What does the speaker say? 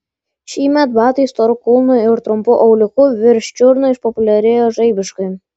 šįmet batai storu kulnu ir trumpu auliuku virš čiurnų išpopuliarėjo žaibiškai